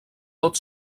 tot